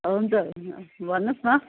हुन्छ हुन्छ भन्नुहोस् न